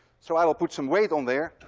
so i will put some weight on there.